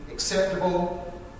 Acceptable